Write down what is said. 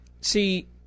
see